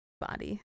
body